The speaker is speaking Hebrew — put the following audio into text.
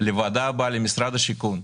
לוועדה הבאה, למשרד השיכון.